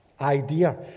idea